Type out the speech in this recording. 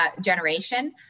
generation